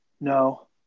No